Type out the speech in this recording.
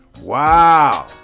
Wow